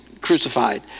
crucified